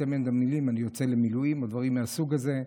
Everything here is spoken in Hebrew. המילים "אני יוצא למילואים" או דברים מהסוג הזה.